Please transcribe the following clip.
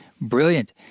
brilliant